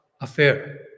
affair